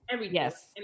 Yes